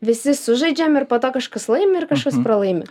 visi sužaidžiam ir po to kažkas laimi ir kažkas pralaimi